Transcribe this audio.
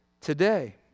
today